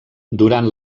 durant